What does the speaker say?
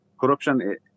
corruption